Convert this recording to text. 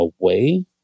away